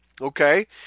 okay